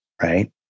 Right